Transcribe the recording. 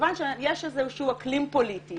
מכיוון שיש איזה אקלים פוליטי